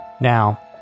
Now